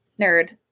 Nerd